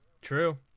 true